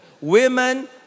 Women